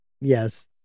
Yes